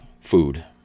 food